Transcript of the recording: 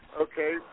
Okay